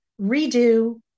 redo